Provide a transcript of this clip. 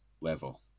level